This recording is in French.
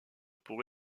pour